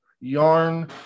yarn